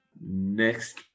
next